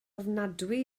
ofnadwy